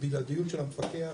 בבלעדיות של המפקח